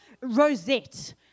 rosette